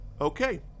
Okay